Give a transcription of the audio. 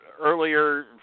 earlier